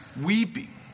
weeping